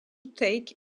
take